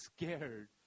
scared